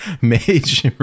Mage